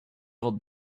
old